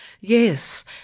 Yes